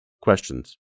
Questions